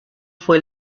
fue